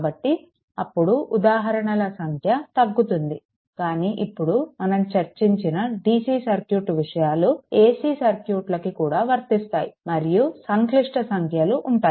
కాబట్టి అప్పుడు ఉదాహరణల సంఖ్య తగ్గుతుంది కానీ ఇప్పుడు మనం చర్చించిన DC సర్క్యూట్ విషయాలు ac సర్క్యూట్లకు కూడా వర్తిస్తాయి మరియు సంక్లిష్ట సంఖ్యలు ఉంటాయి